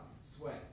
sweat